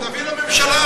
תביא לממשלה,